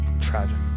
Tragic